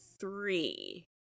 three